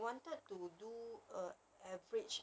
the ah after your ya lor